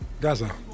Gaza